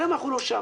היום אנחנו לא שם.